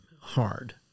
hard